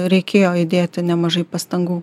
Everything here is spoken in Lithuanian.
reikėjo įdėti nemažai pastangų